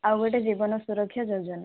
ଆଉ ଗୋଟିଏ ଜୀବନ ସୁରକ୍ଷା ଯୋଜନା